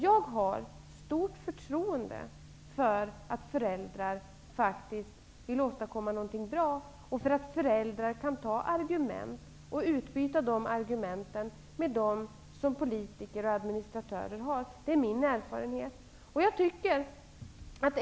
Jag har stort förtroende för att föräldrar faktiskt vill åstadkomma någonting bra och för att föräldrar kan utbyta argument med politiker och administratörer. Det är min erfarenhet.